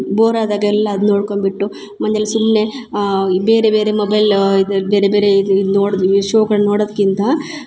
bore ಆದಾಗೆಲ್ಲ ಅದು ನೊಡ್ಕೊಂಬ್ ಬಿಟ್ಟು ಮನೆಲಿ ಸುಮ್ಮನೆ ಬೇರೆ ಬೇರೆ ಮೊಬೈಲ್ ಇದು ಬೇರೆ ಬೇರೆ ಇದು ಇದು ನೋಡ್ವಿ ಶೋಗಳ ನೋಡದ್ಕಿಂತ